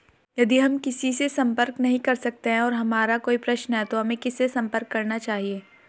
यदि हम किसी से संपर्क नहीं कर सकते हैं और हमारा कोई प्रश्न है तो हमें किससे संपर्क करना चाहिए?